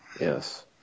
yes